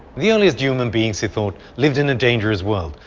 the earliest human beings, he thought, lived in a dangerous world,